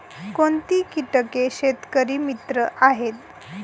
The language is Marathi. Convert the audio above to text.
कोणती किटके शेतकरी मित्र आहेत?